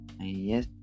yes